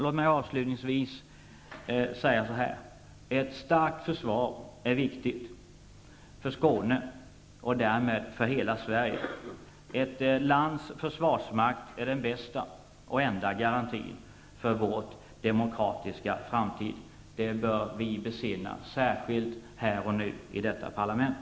Låt mig avslutningsvis säga följande. Ett starkt försvar är viktigt för Skåne och därmed för hela Sverige. Vårt lands försvarsmakt är den bästa och enda garantin för vår lands demokratiska framtid. Det bör vi särskilt besinna här och nu i detta parlament.